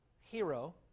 hero